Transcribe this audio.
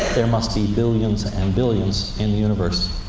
there must be billions and billions in the universe.